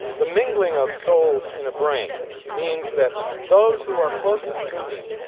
the mingling of souls in a brain means that those who are closest to me,